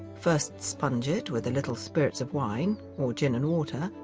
first, sponge it with a little spirit of wine or gin and water,